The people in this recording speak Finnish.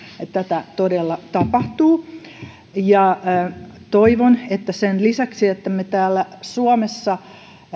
että tätä todella tapahtuu toivon että sen lisäksi että me täällä suomessa